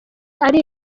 ari